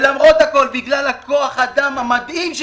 לצערנו הרב, יש